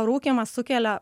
rūkymas sukelia